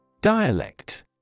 Dialect